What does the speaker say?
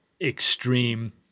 extreme